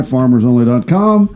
FarmersOnly.com